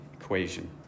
equation